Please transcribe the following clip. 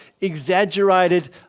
exaggerated